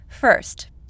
First